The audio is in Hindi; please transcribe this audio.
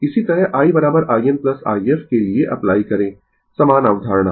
इसी तरह i in i f के लिए अप्लाई करें समान अवधारणा